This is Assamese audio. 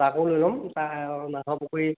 তাকো লৈ ল'ম তা নাহৰপুখুৰী